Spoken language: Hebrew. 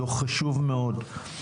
דוח חשוב מאוד.